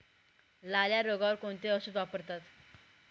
लाल्या रोगावर कोणते औषध वापरतात?